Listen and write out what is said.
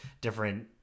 different